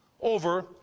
over